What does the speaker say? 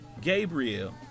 Gabriel